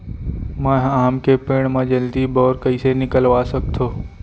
मैं ह आम के पेड़ मा जलदी बौर कइसे निकलवा सकथो?